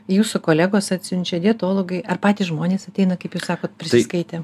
jūsų kolegos atsiunčia dietologai ar patys žmonės ateina kaip jūs sakot prisiskaitę